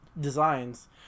designs